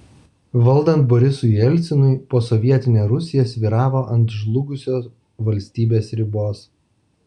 valdant borisui jelcinui posovietinė rusija svyravo ant žlugusio valstybės ribos